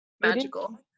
Magical